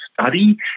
study